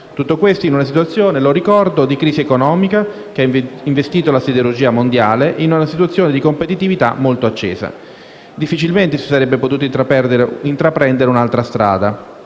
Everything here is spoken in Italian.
tutto questo in una situazione - lo ricordo - di crisi economica che ha investito la siderurgia mondiale, in una situazione di competitività molto accesa. Difficilmente si sarebbe potuta intraprendere un'altra strada.